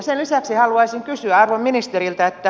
sen lisäksi haluaisin kysyä arvon ministeriltä